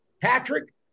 Patrick